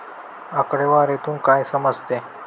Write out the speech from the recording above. आकडेवारीतून काय समजते?